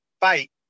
fight